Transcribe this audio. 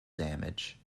damage